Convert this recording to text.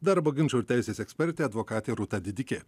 darbo ginčų ir teisės ekspertė advokatė rūta didikė